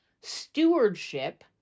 stewardship